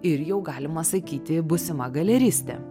ir jau galima sakyti būsima galeristė